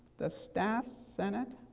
the staff senate,